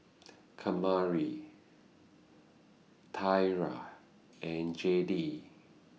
Kamari Thyra and Jayde